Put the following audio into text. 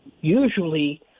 usually